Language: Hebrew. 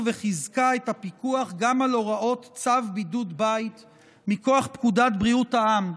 וחיזקה את הפיקוח גם על הוראות צו בידוד בית מכוח פקודת בריאות העם,